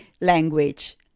language